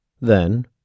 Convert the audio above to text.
Then